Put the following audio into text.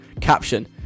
caption